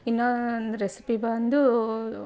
ಇನ್ನೂ ಒಂದು ರೆಸಿಪಿ ಬಂದು